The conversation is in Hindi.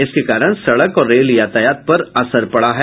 इसके कारण सड़क और रेल यातायात पर असर पड़ा है